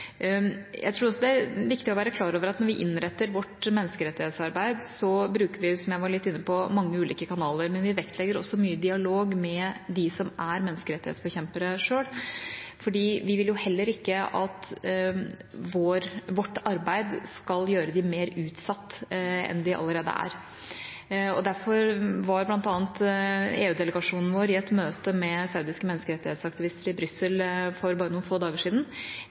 Jeg tror også det er viktig å være klar over at når vi innretter vårt menneskerettighetsarbeid, bruker vi, som jeg var litt inne på, mange ulike kanaler, men vi vektlegger også mye dialog med de som er menneskerettighetsforkjempere selv, for vi vil heller ikke at vårt arbeid skal gjøre dem mer utsatt enn de allerede er. Derfor var bl.a. EU-delegasjonen vår i et møte med saudiske menneskerettighetsaktivister i Brussel for bare noen få dager siden.